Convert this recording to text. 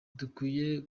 dukwiye